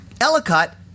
ellicott